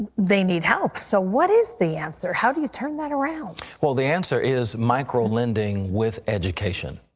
they need help. so what is the answer? how do you turn that around? well, the answer is micro-lending with education.